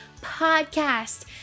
podcast